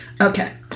Okay